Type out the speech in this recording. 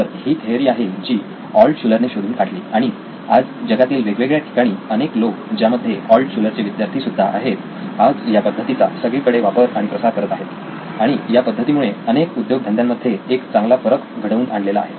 तर ही थेअरी आहे जी ऑल्टशुलर ने शोधून काढली आणि आज जगातील वेगवेगळ्या ठिकाणी अनेक लोक ज्यामध्ये ऑल्टशुलर चे विद्यार्थी सुद्धा आहेत आज या पद्धतीचा सगळी कडे वापर आणि प्रसार करत आहेत आणि या पद्धती मुळे अनेक उद्योगधंद्यांमध्ये एक चांगला फरक घडवून आणलेला आहे